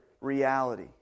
reality